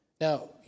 Now